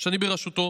שאני בראשותו